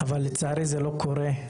אבל, לצערי, זה לא קורה.